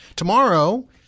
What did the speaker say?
Tomorrow